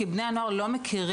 כי בני הנוער לא מכירים,